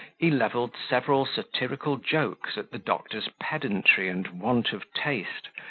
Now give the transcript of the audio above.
he leveled several satirical jokes at the doctor's pedantry and want of taste,